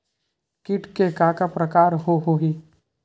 कीट के का का प्रकार हो होही?